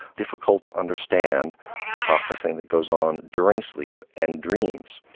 difficult to understand processing that goes on during sleep and dreams.